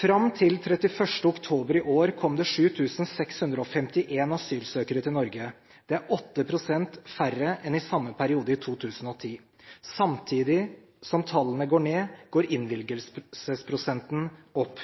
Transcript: Fram til 31. oktober i år kom det 7 651 asylsøkere til Norge. Det er 8 pst. færre enn i samme periode i 2010. Samtidig som tallene går ned, går innvilgelsesprosenten opp.